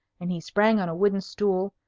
and he sprang on a wooden stool,